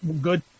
good